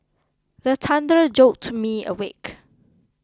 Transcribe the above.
the thunder jolt me awake